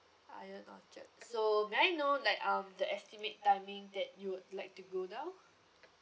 ION orchard so may I know like um that estimate timing that you would like to go down